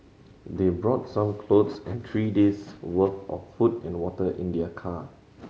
they brought some clothes and three days' worth of food and water in their car